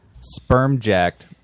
sperm-jacked